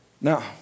Now